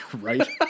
Right